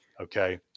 Okay